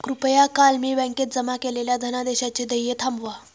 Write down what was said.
कृपया काल मी बँकेत जमा केलेल्या धनादेशाचे देय थांबवा